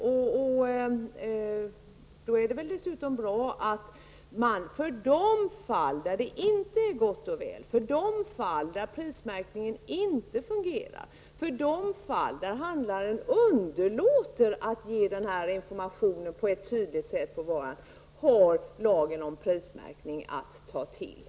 Men för den händelse att inte allt är gott och väl, om prismärkningen inte fungerar tillfredsställande, om handlaren underlåter att ge information om varornas pris osv., så är det väl bra att kunna ta till lagen om prisinformation?